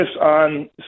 on